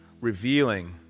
revealing